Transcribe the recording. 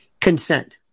Consent